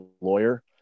lawyer